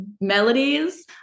melodies